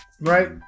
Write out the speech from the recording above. Right